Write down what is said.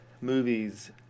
movies